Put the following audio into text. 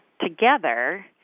together